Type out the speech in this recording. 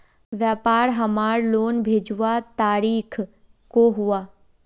व्यापार हमार लोन भेजुआ तारीख को हुआ?